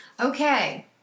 Okay